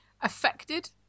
affected